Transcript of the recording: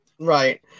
Right